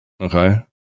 Okay